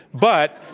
but